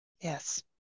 Yes